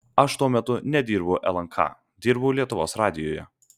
aš tuo metu nedirbau lnk dirbau lietuvos radijuje